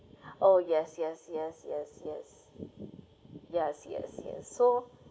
oh yes yes yes yes yes yes yes yes so